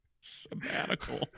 sabbatical